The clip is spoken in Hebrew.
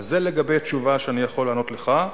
זה לגבי התשובה שאני יכול לענות לך.